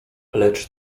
lecz